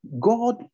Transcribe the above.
God